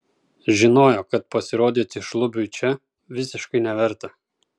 žinojo kad pasirodyti šlubiui čia visiškai neverta